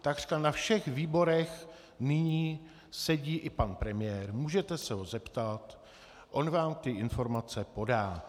Takřka na všech výborech nyní sedí i pan premiér, můžete se ho zeptat, on vám ty informace podá.